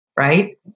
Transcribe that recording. right